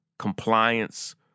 compliance